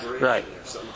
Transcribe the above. Right